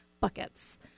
Buckets